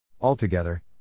Altogether